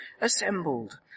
assembled